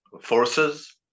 forces